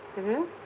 mmhmm